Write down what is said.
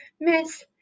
Miss